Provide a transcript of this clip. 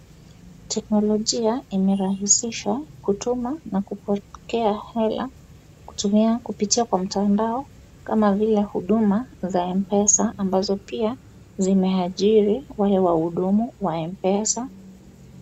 Teknolojia imerahisishwa kutuma na kupokea hela, kutumia kupitia kwa mtandao kama vile huduma za Mpesa , ambazo pia zimeajiri wale wahudumu wa Mpesa.